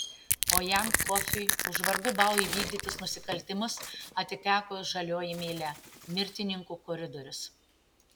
o jam kofiui už vargu bau įvykdytus nusikaltimus atiteko žalioji mylia mirtininkų koridorius